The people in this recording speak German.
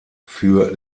für